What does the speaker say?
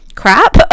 crap